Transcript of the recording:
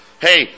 hey